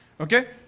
Okay